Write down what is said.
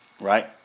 right